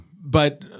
but-